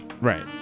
Right